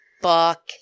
Fuck